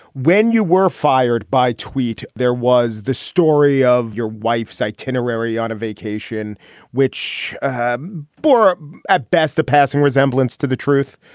when you were fired by tweet, there was the story of your wife's itinerary on a vacation which ah bore ah at best a passing resemblance to the truth.